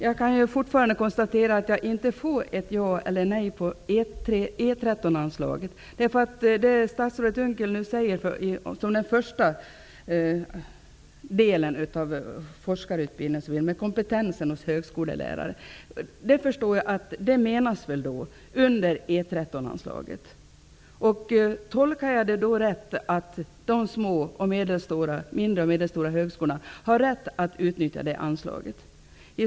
Herr talman! Jag konstaterar fortfarande att jag inte får ett ja eller ett nej-svar när det gäller frågan om E 13-anslaget. Den första delen som Per Unckel nämner, när det gäller förstärkt kompetens hos högskolelärare går säkerligen under E 13-anslaget. Tolkar jag det hela rätt om jag säger att de mindre och medelstora högskolorna har rätt att utnyttja detta anslag?